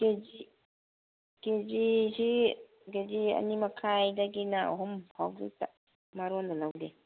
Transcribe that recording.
ꯀꯦ G K ꯖꯤꯁꯤ K G ꯑꯅꯤ ꯃꯈꯥꯏꯗꯒꯤꯅ ꯑꯍꯨꯝ ꯐꯥꯎꯒꯤꯇ ꯃꯔꯨ ꯑꯣꯏꯅ ꯂꯧꯒꯦ